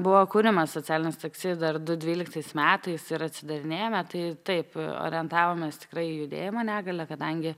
buvo kuriamas socialinis taksi dar du dvyliktais metais ir atsidarinėjome tai taip orientavomės tikrai į judėjimo negalią kadangi